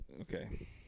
Okay